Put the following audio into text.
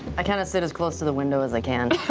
i kind of sit as close to the window as i can.